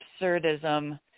absurdism